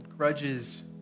grudges